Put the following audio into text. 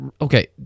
okay